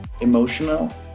emotional